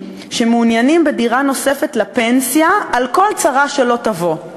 שמעוניינים בדירה נוספת לפנסיה על כל צרה שלא תבוא".